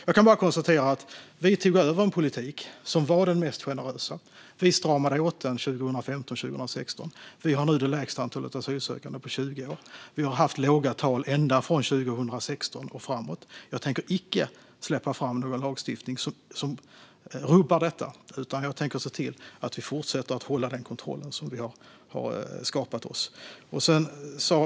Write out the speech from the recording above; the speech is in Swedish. Jag kan bara konstatera att vi tog över en politik som var den mest generösa och att vi stramade åt den 2015-2016. Vi har nu det lägsta antalet asylsökande på 20 år. Vi har haft låga tal ända från 2016 och framåt. Jag tänker icke släppa fram någon lagstiftning som rubbar detta, utan jag tänker se till att vi fortsätter att hålla den kontroll vi har skapat.